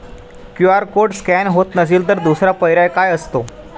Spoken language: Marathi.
क्यू.आर कोड स्कॅन होत नसेल तर दुसरा पर्याय काय असतो?